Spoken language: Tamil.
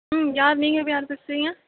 ம் யார் நீங்கள் யார் பேசுறீங்க